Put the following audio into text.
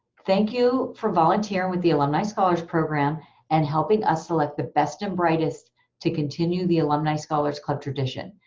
thank you for volunteering with the alumni scholars program and helping us select the best and brightest to continue the alumni scholars club tradition.